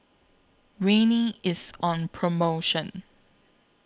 Rene IS on promotion